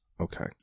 Okay